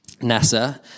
NASA